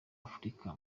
africa